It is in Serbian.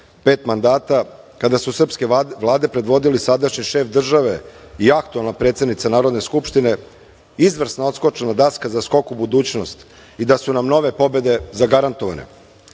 pet mandata, kada su srpske vlade predvodili sadašnji šef države i aktuelna predsednica Narodne skupštine, izvrsna odskočna daska za skok u budućnost i da su nam nove pobede zagarantovane. Neoborivi